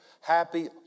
Happy